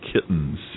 Kittens